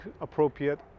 appropriate